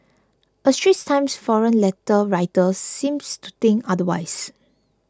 a Straits Times forum letter writer seems to think otherwise